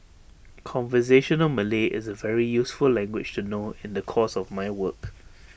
conversational Malay is A very useful language to know in the course of my work